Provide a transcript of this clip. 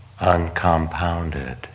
uncompounded